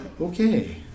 Okay